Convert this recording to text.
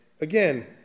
again